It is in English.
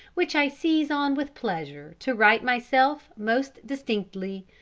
which i seize on with pleasure to write myself most distinctly,